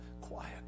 quiet